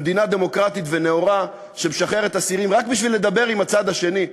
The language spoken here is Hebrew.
במדינה דמוקרטית ונאורה שמשחררת אסירים רק בשביל לדבר עם הצד השני,